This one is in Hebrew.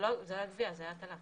זה היה הטלה,